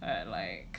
I like